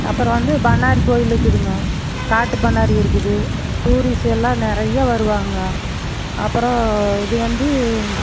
அப்புறம் வந்து பண்ணாரி கோயில் இருக்குதுங்க காட்டு பண்ணாரி இருக்குது டூரிஸ்ட் எல்லாம் நிறையா வருவாங்க அப்புறம் இது வந்து